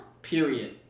Period